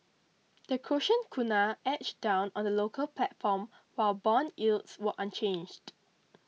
the Croatian kuna edged down on the local platform while bond yields were unchanged